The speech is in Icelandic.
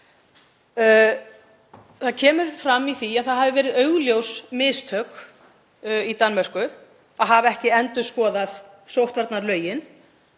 Þar kemur fram að það hafi verið augljós mistök í Danmörku að hafa ekki endurskoðað sóttvarnalögin